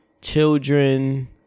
children